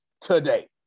today